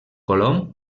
colom